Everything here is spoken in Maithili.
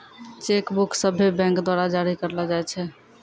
चेक बुक सभ्भे बैंक द्वारा जारी करलो जाय छै